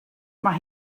mae